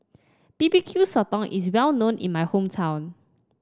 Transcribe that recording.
B B Q Sotong is well known in my hometown